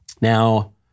Now